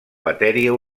matèria